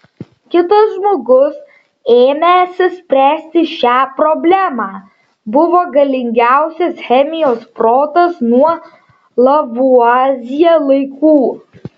kitas žmogus ėmęsis spręsti šią problemą buvo galingiausias chemijos protas nuo lavuazjė laikų